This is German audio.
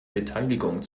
beteiligung